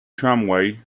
tramway